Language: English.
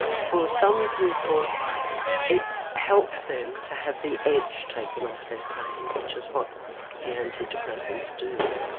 for some people it helps them to have the edge taken off their pain, which is what the anti-depressants do.